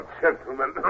gentlemen